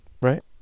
right